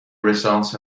results